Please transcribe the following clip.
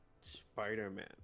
spider-man